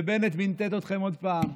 ובנט בנטט אתכם עוד פעם.